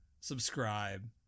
Subscribe